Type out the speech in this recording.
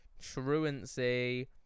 truancy